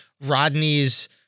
Rodney's